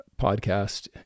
podcast